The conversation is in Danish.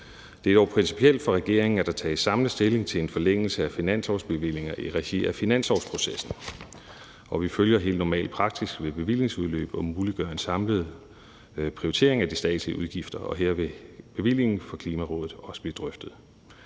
Det er dog principielt for regeringen, at der tages samlet stilling til en forlængelse af finanslovsbevillinger i regi af finanslovsprocessen. Vi følger helt normal praksis ved bevillingsudløb og muliggør en samlet prioritering af de statslige udgifter, og her vil bevillingen til Klimarådet også blive drøftet.